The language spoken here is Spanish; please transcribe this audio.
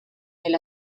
del